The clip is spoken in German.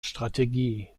strategie